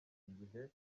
igihe